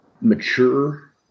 mature